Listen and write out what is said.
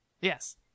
Yes